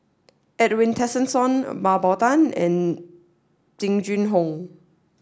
Edwin Tessensohn Mah Bow Tan and Jing Jun Hong